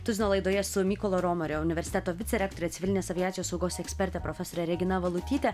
tuzino laidoje su mykolo romerio universiteto vicerektore civilinės aviacijos saugos eksperte profesore regina valutyte